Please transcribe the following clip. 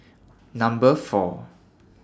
Number four